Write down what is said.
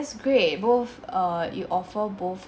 ~at's great both err you offer both